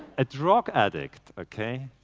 a drug addict, ok?